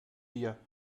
wir